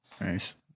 Nice